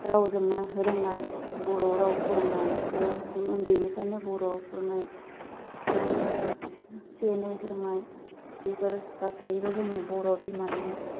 रावजोंनो रोंनाय बर' राव फोरोंनाय ब गु उन्दैनिफ्रायनो बर' फोरोंनाय ब आ से से नै फोरोंनाय बिफोर गासैबो जोंनि बर' बिमानिनो